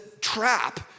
trap